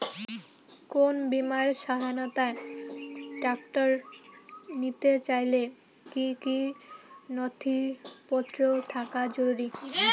কোন বিমার সহায়তায় ট্রাক্টর নিতে চাইলে কী কী নথিপত্র থাকা জরুরি?